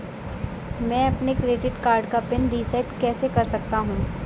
मैं अपने credit card का पिन रिसेट कैसे कर सकता हूँ?